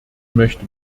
möchte